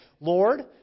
Lord